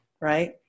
right